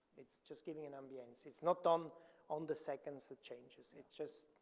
it's just giving an ambience. it's not on on the seconds, the changes. it just,